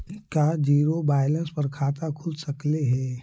का zero balance पर खाता खुल सकले हे?